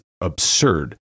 absurd